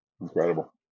incredible